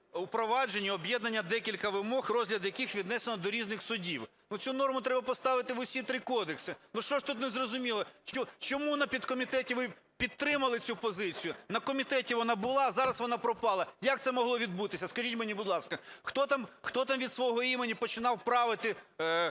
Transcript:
у провадженні об'єднані декілька вимог, розгляд яких віднесено до різних судів". Цю норму треба поставити в усі три кодекси, що ж тут не зрозуміло? Чому на підкомітеті ви підтримали цю позицію, на комітеті вона була - зараз вона пропала? Як це могло відбутися, скажіть мені, будь ласка? Хто там від свого імені починав правити